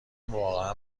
واقعا